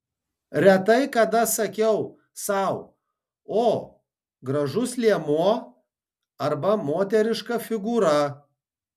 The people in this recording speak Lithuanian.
retai kada sakiau sau o gražus liemuo arba moteriška figūra